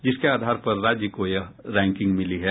जिसके आधार पर राज्य को यह रैंकिंग मिली है